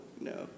no